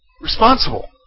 responsible